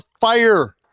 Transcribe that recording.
fire